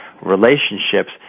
relationships